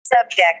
Subject